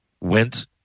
went